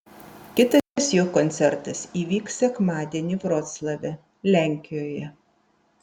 kitas jo koncertas įvyks sekmadienį vroclave lenkijoje